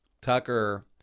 Tucker